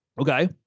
Okay